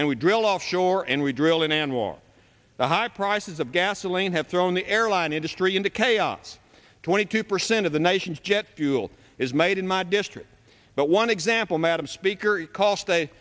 and we drill offshore and we drill in anwar the high prices of gasoline have thrown the airline industry into chaos twenty two percent of the nation's jet fuel is made in my district but one example madam speaker it cost